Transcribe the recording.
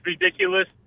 ridiculous